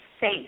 safe